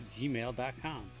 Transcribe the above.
gmail.com